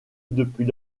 depuis